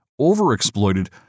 overexploited